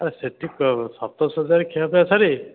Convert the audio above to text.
ଆରେ ସେଇଠି ଶପ୍ତଶଯ୍ୟାରେ ଖିଆପିଆ ସାରି